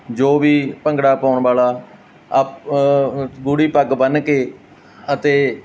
ਜੋ ਵੀ ਭੰਗੜਾ ਪਾਉਣ ਵਾਲਾ ਅਪ ਅਚ ਗੂੜ੍ਹੀ ਪੱਗ ਬੰਨ੍ਹ ਕੇ ਅਤੇ